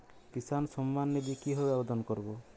কিষান সম্মাননিধি কিভাবে আবেদন করব?